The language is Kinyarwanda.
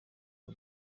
ryo